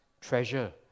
treasure